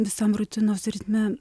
visam rutinos ritme